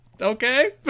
Okay